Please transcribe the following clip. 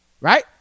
Right